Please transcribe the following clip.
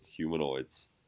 humanoids